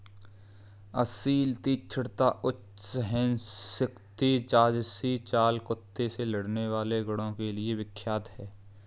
असील तीक्ष्णता, उच्च सहनशक्ति राजसी चाल कुत्ते से लड़ने वाले गुणों के लिए विख्यात है